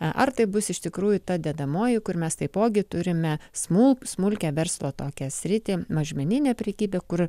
ar taip bus iš tikrųjų ta dedamoji kur mes taipogi turime smulkų smulkią verslą tokią sritį mažmeninę prekybą kur